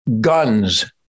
Guns